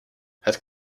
het